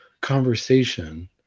conversation